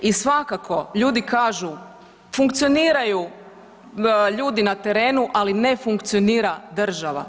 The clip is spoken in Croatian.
I svakako ljudi kažu funkcioniranju ljudi na terenu, ali ne funkcionira država.